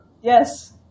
Yes